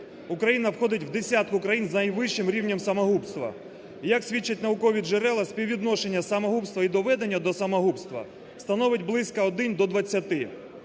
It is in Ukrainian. Україна входить в десятку країн з найвищим рівнем самогубства. Як свідчать наукові джерела, співвідношення самогубства і доведення до самогубства становить близько 1 до 20.